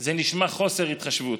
זה נשמע חוסר התחשבות,